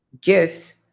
gifts